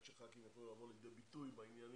שח"כים יוכלו לבוא לידי ביטוי בעניינים